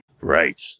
Right